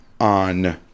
on